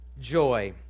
Joy